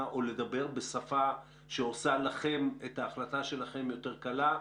או לדבר בשפה שעושה לכם את ההחלטה שלכם יותר קלה?